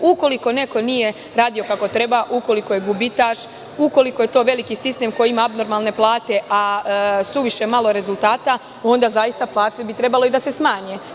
Ukoliko neko nije radio kako treba, ukoliko je gubitaš, ukoliko je to veliki sistem koji ima abnormalne plate, a suviše malo rezultata, onda bi plate trebalo da se smanje.